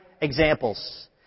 examples